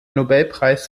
nobelpreis